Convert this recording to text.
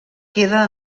queda